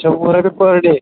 اچھا وُہ رۅپیہِ پٔر ڈے